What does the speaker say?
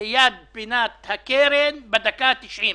ליד פינת הקרן בדקה התשעים.